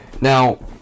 Now